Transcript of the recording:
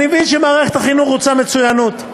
אני מבין שמערכת החינוך רוצה מצוינות,